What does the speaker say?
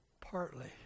partly